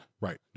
Right